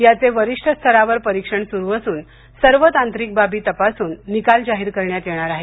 याचं वरिष्ठ स्तरावर परीक्षण सुरू असून सर्व तांत्रिक बाबी तपासून निकाल जाहीर करण्यात येणार आहे